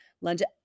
London